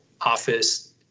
office